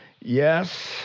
yes